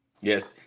yes